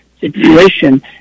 situation